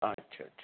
ਅੱਛਾ ਅੱਛਾ